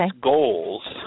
goals